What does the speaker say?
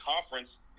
conference